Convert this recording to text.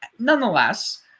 nonetheless